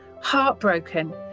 heartbroken